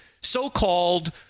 so-called